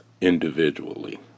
individually